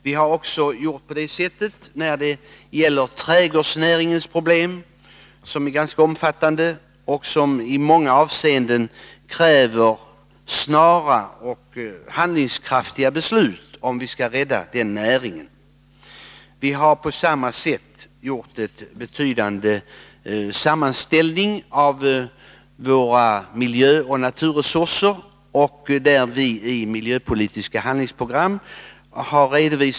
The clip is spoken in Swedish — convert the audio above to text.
Vi har gjort på samma sätt när det gäller trädgårdsnäringens problem, som är ganska omfattande och i många avseenden kräver snabba och handlingskraftiga beslut för att näringen skall kunna räddas. Vi har också gjort en sammanställning över våra miljöoch naturresurser och redovisat vårt miljöpolitiska handlingsprogram.